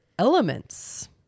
elements